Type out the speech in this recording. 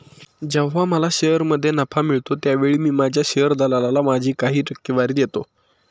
जेव्हा मला शेअरमध्ये नफा मिळतो त्यावेळी मी माझ्या शेअर दलालाला माझी काही टक्केवारी देतो